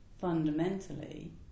fundamentally